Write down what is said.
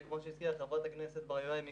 כפי שהזכירה חברת הכנסת ברביבאי קודם,